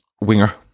Winger